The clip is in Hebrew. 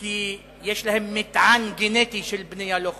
כי יש להם מטען גנטי של בנייה לא חוקית.